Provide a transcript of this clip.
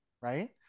right